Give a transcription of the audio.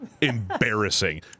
embarrassing